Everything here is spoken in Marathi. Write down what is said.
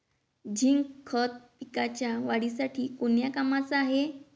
झिंक खत पिकाच्या वाढीसाठी कोन्या कामाचं हाये?